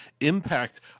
impact